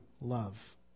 love